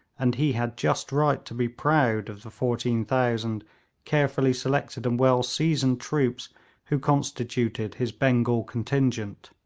and he had just right to be proud of the fourteen thousand carefully selected and well-seasoned troops who constituted his bengal contingent.